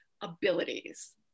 abilities